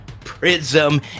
Prism